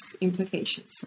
implications